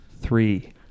three